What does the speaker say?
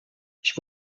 ich